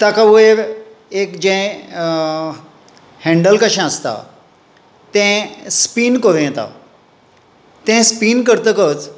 ताका वयर एक जें हँडल कशें आसता तें स्पीन करूं येता तें स्पीन करतकच